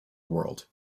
world